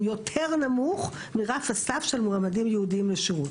הוא יותר נמוך מרף הסף של מועמדים יהודים לשירות.